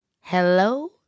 Hello